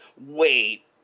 wait